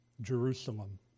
Jerusalem